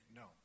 no